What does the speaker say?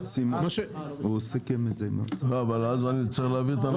אבל אז אני צריך להעביר את הנוסח.